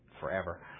forever